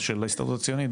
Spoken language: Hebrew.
או של ההסתדרת הציונית,